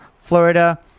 Florida